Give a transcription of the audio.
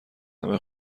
همه